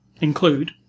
include